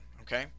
okay